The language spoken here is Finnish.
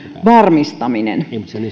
varmistaminen